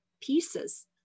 pieces